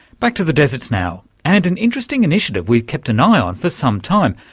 back to the deserts now and an interesting initiative we've kept an eye on for some time.